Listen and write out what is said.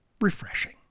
Refreshing